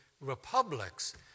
Republics